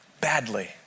badly